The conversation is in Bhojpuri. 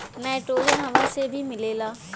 नाइट्रोजन हवा से भी मिलेला